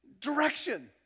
direction